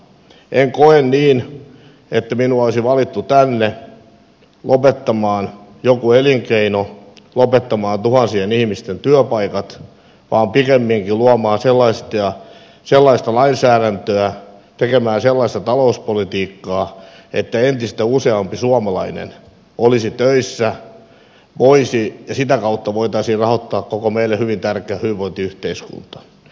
en koe niin että minua olisi valittu tänne lopettamaan joku elinkeino lopettamaan tuhansien ihmisten työpaikat vaan pikemminkin luomaan sellaista lainsäädäntöä tekemään sellaista talouspolitiikkaa että entistä useampi suomalainen olisi töissä ja sitä kautta voitaisiin rahoittaa koko meille hyvin tärkeä hyvinvointiyhteiskunta